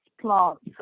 plants